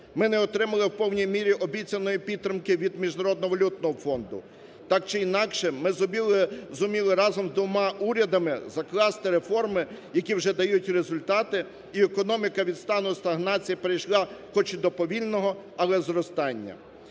Ми не отримали в повній мірі обіцяної підтримки від Міжнародного валютного фонду. Так чи інакше ми зуміли разом двома урядами закласти реформи, які вже дають результати, і економіка від стану стагнації перейшла, хоч і до повільного, але зростання.